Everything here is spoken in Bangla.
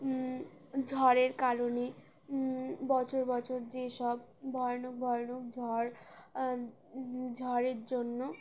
ঝড়ের কারণে বছর বছর যেসব ভয়ানক ভয়ণক ঝড় ঝড়ের জন্য